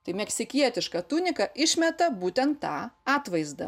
tai meksikietišką tuniką išmeta būtent tą atvaizdą